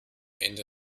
ende